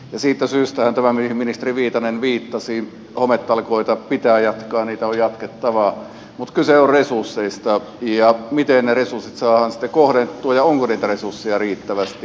siitä syystähän näitä hometalkoita mihin ministeri viitanen viittasi pitää jatkaa niitä on jatkettava mutta kyse on resursseista ja siitä miten ne resurssit saadaan sitten kohdennettua ja onko niitä resursseja riittävästi